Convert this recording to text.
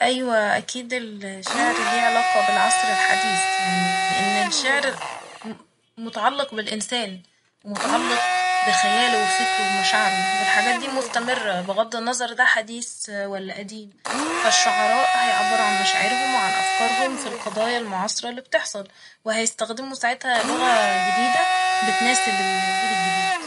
أيوه أكيد ال- شعر ليه علاقة بالعصر الحديث ، يعني لإن الشعر م- متعلق بلإنسان ومتعلق بخياله ، وفكره ومشاعره والحاجات دي مستمرة بغض النظر ده حديث ولا قديم فالشعراء هيعبرو عن مشاعرهم وعن أفكارهم في القضايا المعاصرة اللي بتحصل وهيستخدموا ساعتها لغة جديدة بتناسب ال- جيل الجديد